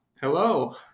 Hello